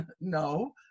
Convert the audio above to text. No